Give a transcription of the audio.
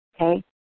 Okay